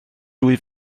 dwy